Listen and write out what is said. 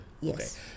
yes